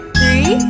three